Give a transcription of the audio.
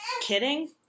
kidding